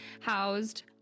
housed